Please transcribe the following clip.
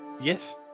Yes